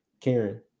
Karen